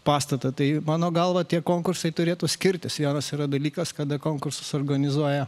pastatą tai mano galva tie konkursai turėtų skirtis vienas yra dalykas kada konkursus organizuoja